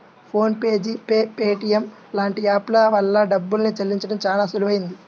phone pay, G pay, Paytm లాంటి app ల వల్ల డబ్బుల్ని చెల్లించడం చానా సులువయ్యింది